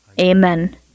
Amen